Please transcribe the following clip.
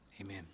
amen